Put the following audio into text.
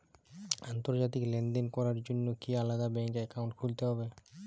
আন্তর্জাতিক লেনদেন করার জন্য কি আলাদা ব্যাংক অ্যাকাউন্ট খুলতে হবে?